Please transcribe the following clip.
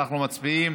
אנחנו מצביעים.